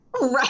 right